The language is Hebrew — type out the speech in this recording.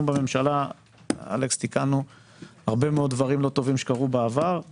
אנחנו בממשלה תיקנו הרבה מאוד דברים לא טובים שקרו בעבר;